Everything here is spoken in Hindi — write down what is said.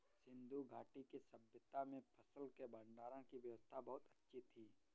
सिंधु घाटी की सभय्ता में फसल के भंडारण की व्यवस्था बहुत अच्छी थी